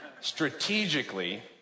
Strategically